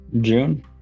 June